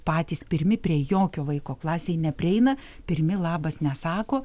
patys pirmi prie jokio vaiko klasėj neprieina pirmi labas nesako